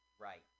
Right